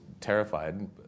terrified